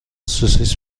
سوسیس